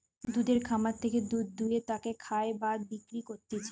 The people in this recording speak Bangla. দুধের খামার থেকে দুধ দুয়ে তাকে খায় বা বিক্রি করতিছে